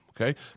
okay